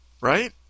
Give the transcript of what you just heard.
Right